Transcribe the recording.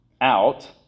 out